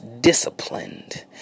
disciplined